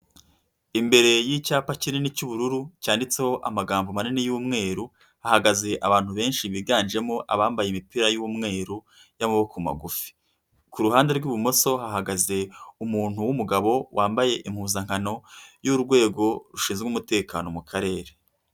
Imbere y'icyapa kinini cy'ubururu cyanditseho amagambo manini y'umweru hahagaze abantu benshi biganjemo abambaye imipira y'umweru y'amaboko magufi, ku ruhande rw'ibumoso hahagaze umuntu w'umugabo wambaye impuzankano y'urwego rushinzwe umutekano mu karere.